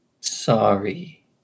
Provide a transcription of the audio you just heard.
Sorry